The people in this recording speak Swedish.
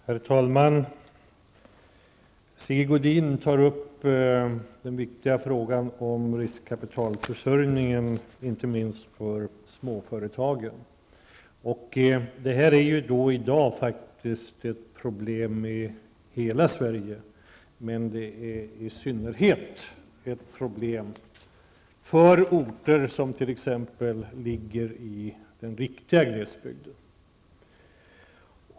Herr talman! Sigge Godin tar upp frågan om riskkapitalförsörjningen, som ju är en viktig fråga inte minst för småföretagen. I dag är det ett problem som faktiskt gäller hela Sverige. I synnerhet gäller det t.ex.orter som ligger i riktiga glesbygden.